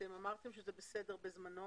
בזמנו אמרתם שזה בסדר.